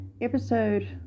episode